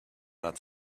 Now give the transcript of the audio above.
not